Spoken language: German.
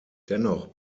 dennoch